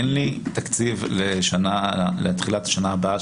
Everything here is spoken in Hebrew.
אין לי תקציב לתחילת השנה הבאה,